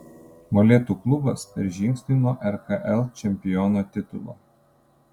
molėtų klubas per žingsnį nuo rkl čempiono titulo